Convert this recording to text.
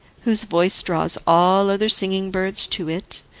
whose voice draws all other singing birds to it,